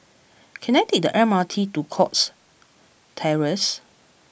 can I take the M R T to Cox Terrace